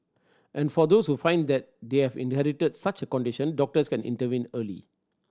and for those who find that they have inherited such a condition doctors can intervene early